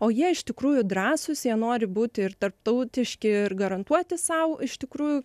o jie iš tikrųjų drąsūs jie nori būti ir tarptautiški ir garantuoti sau iš tikrųjų